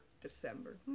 December